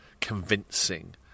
convincing